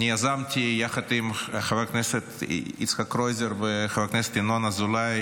יזמתי יחד עם חבר הכנסת יצחק קרויזר וחבר הכנסת ינון אזולאי